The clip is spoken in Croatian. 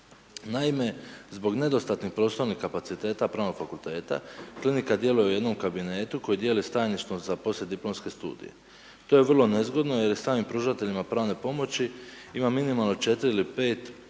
Naime, zbog nedostatnih prostornih kapaciteta pravnog fakulteta, klinika djeluje u jednom kabinetu koji dijeli s tajništvom za poslijediplomske studije. To je vrlo nezgodno, jer i samim pružateljima pravne pomoći, ima minimalno 4 ili 5 po